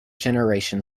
generation